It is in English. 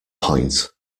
point